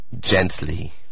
gently